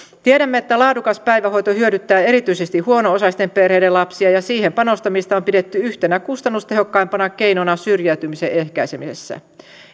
tiedämme että laadukas päivähoito hyödyttää erityisesti huono osaisten perheiden lapsia ja siihen panostamista on pidetty yhtenä kustannustehokkaimpana keinona syrjäytymisen ehkäisemisessä